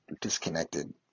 disconnected